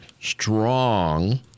strong